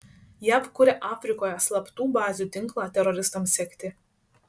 jav kuria afrikoje slaptų bazių tinklą teroristams sekti